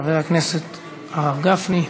חבר הכנסת הרב גפני.